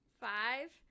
five